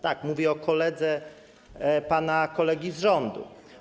Tak, mówię o koledze pana kolegi z rządu.